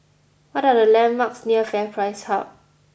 what are the landmarks near FairPrice Hub